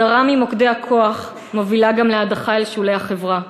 הדרה ממוקדי הכוח מובילה גם להדחה אל שולי החברה.